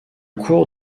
cours